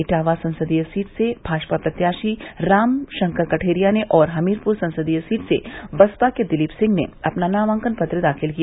इटावा संसदीय सीट से भाजपा प्रत्याशी राम शंकर कठेरिया ने और हमीरपुर संसदीय सीट से बसपा के दिलीप सिंह ने अपना नामांकन पत्र दाखिल किया